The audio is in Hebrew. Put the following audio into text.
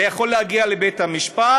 זה יכול להגיע לבית-המשפט,